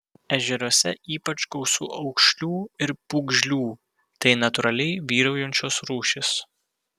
ežeruose ypač gausu aukšlių ir pūgžlių tai natūraliai vyraujančios rūšys